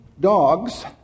dogs